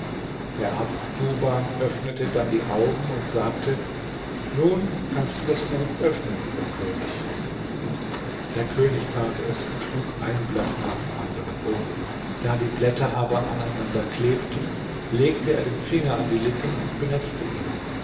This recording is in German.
der arzt duban öffnete dann die augen und sagte nun kannst du das buch öffnen o könig der könig tat es und schlug ein blatt nach dem anderen um da die blätter aber aneinander klebten legte er den finger an die lippen und benetzte ihn